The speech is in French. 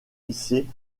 hissé